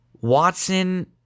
Watson